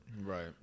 Right